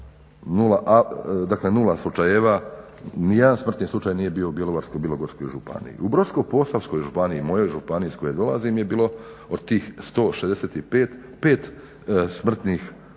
nula slučajeva, ni jedan smrtni slučaj nije bio u Bjelovarsko-bilogorskoj županiji. U Brodsko-posavskoj županiji, mojoj županiji iz koje dolazim je bilo od tih 165 pet smrtnih slučajeva